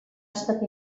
estat